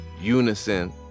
unison